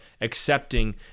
accepting